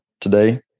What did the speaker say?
today